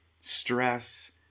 stress